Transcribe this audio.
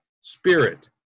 spirit